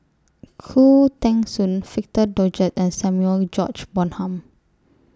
Khoo Teng Soon Victor Doggett and Samuel George Bonham